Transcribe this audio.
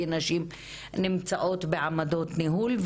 כי נשים נמצאות בעמדות ניהול,